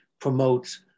promotes